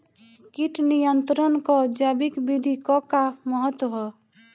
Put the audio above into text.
कीट नियंत्रण क जैविक विधि क का महत्व ह?